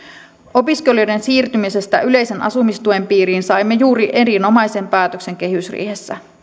opiskelijoiden siirtymisestä yleisen asumistuen piiriin saimme juuri erinomaisen päätöksen kehysriihessä